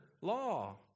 law